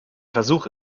versuch